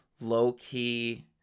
low-key